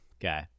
Okay